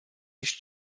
již